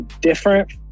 different